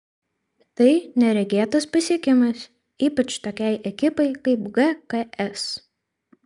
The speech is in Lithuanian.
tai neregėtas pasiekimas ypač tokiai ekipai kaip gks